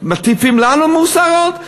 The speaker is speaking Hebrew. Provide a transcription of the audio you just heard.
מטיפים לנו מוסר עוד?